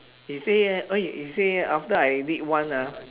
he say !oi! he say after I did one ah